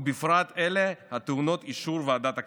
ובפרט אלה הטעונות את אישור ועדת הכלכלה.